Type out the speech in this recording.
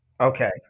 Okay